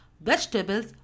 vegetables